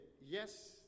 yes